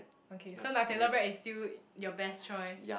okay so Nutella bread is still your best choice